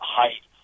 height